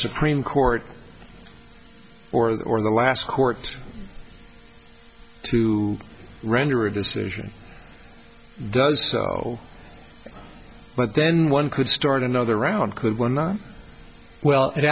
supreme court or the or the last court to render a decision does but then one could start another round could one not well it